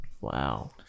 Wow